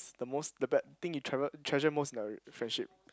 the most the bad thing you travelled treasure most in a friendship